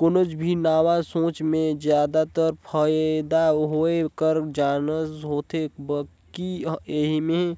कोनो भी नावा सोंच में जादातर फयदा होए कर चानस होथे बकि एम्हें